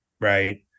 right